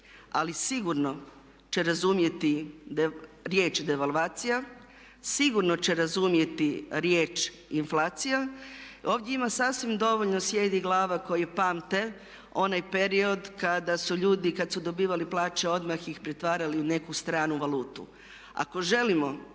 ali sigurno će razumjeti riječ devalvacija, sigurno će razumjeti riječ inflacija. Ovdje ima sasvim dovoljno i sjedi glava koje pamte onaj period kad su ljudi kad su dobivali plaće odmah ih pretvarali u neku stranu valutu. Ako želimo